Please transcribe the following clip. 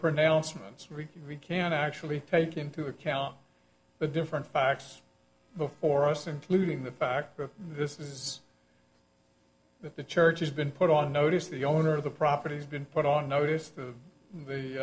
pronouncements recovery can actually take into account the different facts before us including the fact of this is that the church has been put on notice the owner of the property has been put on notice that the